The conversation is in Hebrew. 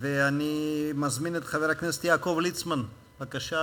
אתם יודעים שזה לא פתרון, ואין פתרון